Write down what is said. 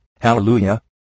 Hallelujah